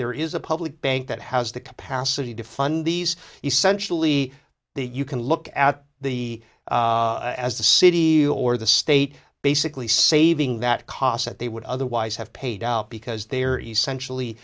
there is a public bank that has the capacity to fund these essentially you can look at the as the city or the state basically saving that cost that they would otherwise have paid out because they are essentially